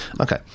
Okay